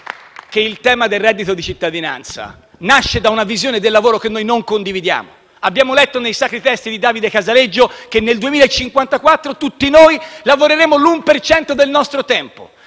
il tema del reddito di cittadinanza nasce da una visione del lavoro che noi non condividiamo. Abbiamo letto nei sacri testi di Davide Casaleggio che nel 2054 tutti noi lavoreremo l'uno per cento del nostro tempo.